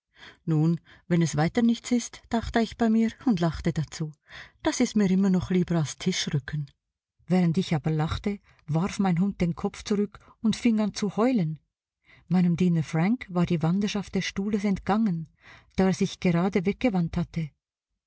nun wenn es weiter nichts ist dachte ich bei mir und lachte dazu das ist mir immer noch lieber als tischrücken während ich aber lachte warf mein hund den kopf zurück und fing an zu heulen meinem diener frank war die wanderschaft des stuhles entgangen da er sich gerade weggewandt hatte